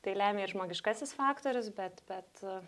tai lemia ir žmogiškasis faktorius bet bet